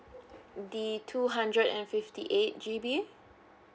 the two hundred and fifty eight G_B